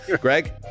Greg